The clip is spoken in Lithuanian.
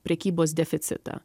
prekybos deficitą